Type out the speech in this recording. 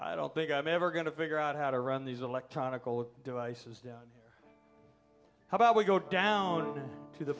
i don't think i'm ever going to figure out how to run these electronic devices down how about we go down to the